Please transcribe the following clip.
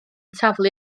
taflu